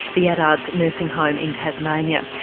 the adards nursing home in tasmania.